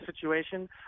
situation